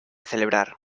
celebrar